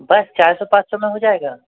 बस चार सौ पाँच सौ में हो जाएगा